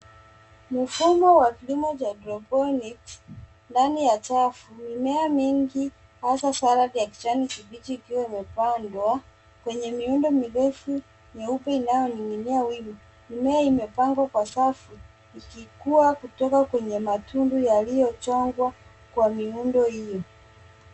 Mfumo wa kilimo cha hydroponics ndani ya chafu. Mimea mingi hasaa sana za kijani kibichi vikuwa vimepandwa, kwenye miundo mirefu meupe inayoninia wiru, mimea imepangwa kwa safu ikiwa ikitoka kwenye matundu yaliyochongwa kwa miundo hiyo.